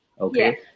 Okay